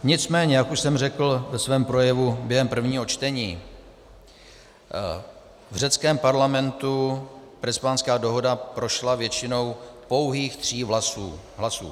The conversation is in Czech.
Nicméně jak už jsem řekl ve svém projevu během prvního čtení, v řeckém parlamentu Prespanská dohoda prošla většinou pouhých tří hlasů.